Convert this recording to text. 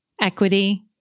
equity